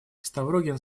ставрогин